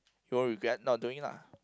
you won't regret not doing it lah